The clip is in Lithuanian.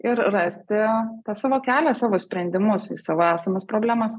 ir rasti tą savo kelią savo sprendimus į savo esamas problemas